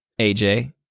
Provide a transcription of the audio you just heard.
AJ